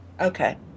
Okay